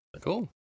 Cool